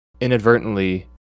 inadvertently